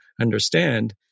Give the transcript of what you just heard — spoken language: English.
understand